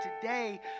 today